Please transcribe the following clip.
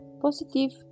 Positive